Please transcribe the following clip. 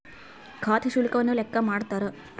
ಖಾತೆ ಶುಲ್ಕವನ್ನು ಲೆಕ್ಕ ಮಾಡ್ತಾರ